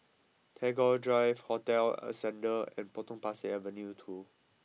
Tagore Drive Hotel Ascendere and Potong Pasir Avenue two